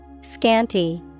Scanty